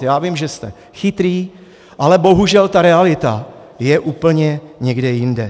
Já vím, že jste chytrý, ale bohužel ta realita je úplně někde jinde.